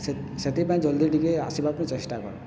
ସେ ସେଥିପାଇଁ ଜଲ୍ଦି ଟିକେ ଆସିବାକୁ ଚେଷ୍ଟା କର